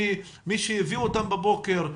מי שהביא אותם בבוקר,